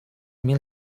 mil